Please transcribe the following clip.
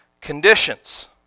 conditions